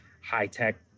high-tech